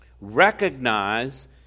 recognize